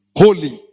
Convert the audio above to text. holy